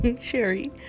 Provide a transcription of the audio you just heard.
Sherry